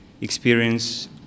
experience